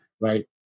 Right